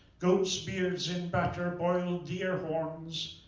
goats' beards in batter, boiled deer horns,